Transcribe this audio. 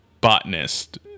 botanist